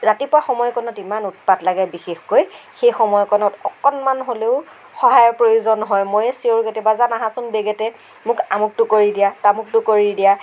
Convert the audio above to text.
ৰাতিপুৱা সময়কণত ইমান উৎপাত লাগে বিশেষকৈ সেই সময়কণত অকণমান হ'লেও সহায়ৰ প্ৰয়োজন হয় ময়েই চিঞৰো কেতিয়াবা জান আহাঁচোন বেগেতে মোক আমুকটো কৰি দিয়া তামুকটো কৰি দিয়া